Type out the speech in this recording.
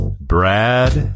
Brad